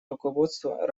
руководство